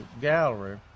gallery